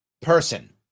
person